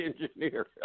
engineer